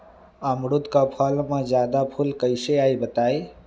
अमरुद क फल म जादा फूल कईसे आई बताई?